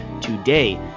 today